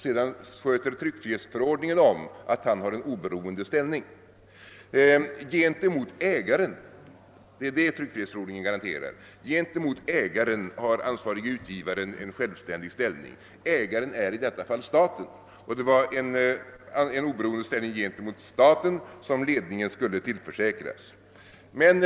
Sedan sköter tryckfrihetsförordningen om att han har en oberoende ställning gentemot ägaren. Gentemot ägaren har ansvarige utgivaren alltså en självständig ställning, och ägaren är i detta fall staten. Och det var en oberoende ställning gentemot staten som skulle tillförsäkras ledningen.